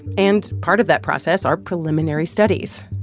and part of that process are preliminary studies.